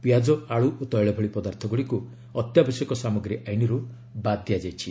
ପିଆଜ ଆଳୁ ଓ ତୈଳ ଭଳି ପଦାର୍ଥଗୁଡ଼ିକୁ ଅତ୍ୟାବଶ୍ୟକ ସାମଗ୍ରୀ ଆଇନ୍ରୁ ବାଦ୍ ଦିଆଯାଇଛି